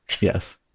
Yes